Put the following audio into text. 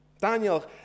Daniel